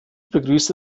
begrüße